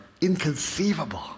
inconceivable